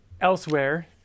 Elsewhere